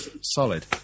solid